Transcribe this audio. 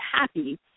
happy